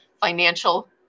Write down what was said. financial